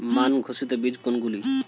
মান ঘোষিত বীজ কোনগুলি?